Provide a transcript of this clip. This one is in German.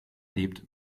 lebt